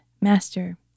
Master